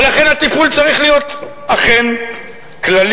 לכן הטיפול צריך להיות אכן כללי.